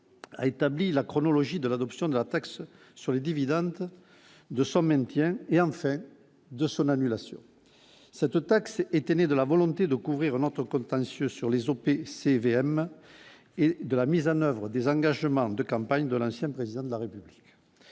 à établi la chronologie de l'adoption de la taxe sur les dividendes 200 même, tiens et en fait de son annulation cette taxe était née de la volonté de couvrir notre contentieux sur les Opcvm et de la mise en oeuvre des engagements de campagne de l'ancien président de la République